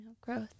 growth